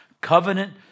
covenant